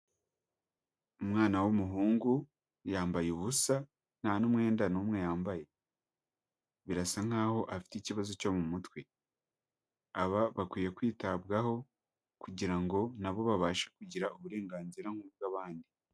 Umwana w'umuhungu yambaye ubusa nta n'umwenda n'umwe yambaye, birasa nk'aho afite ikibazo cyo mu mutwe, aba bakwiye kwitabwaho kugira ngo nabo babashe kugira uburenganzira nk'ubw'abandi.